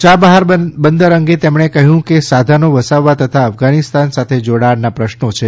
યાબહાર બંદર અંગે તેમણે કહ્યું કે સાધનો વસાવવા તથા અફધાનિસ્તાન સાથે જોડાણના પ્રશ્રો છે